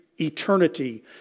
eternity